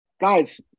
guys